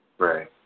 Right